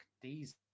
Diesel